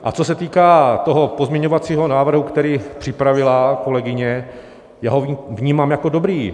A co se týká toho pozměňovacího návrhu, který připravila kolegyně, já ho vnímám jako dobrý.